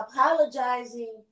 apologizing